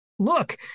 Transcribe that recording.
look